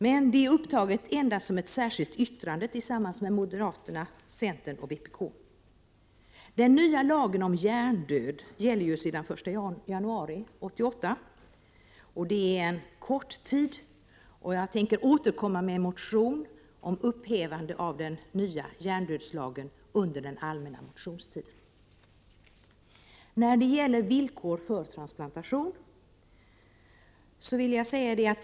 Men denna önskan är endast upptagen i ett särskilt yttrande av mig tillsammans med moderaterna, centern och vpk. Den nya lagen om hjärndöd gäller sedan den 1 januari 1988. Det är en kort tid, och jag tänker återkomma under den allmänna motionstiden med en motion om upphävande av den nya hjärndödslagen.